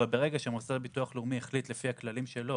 אבל ברגע שהמוסד לביטוח לאומי החליט לפי הכללים שלו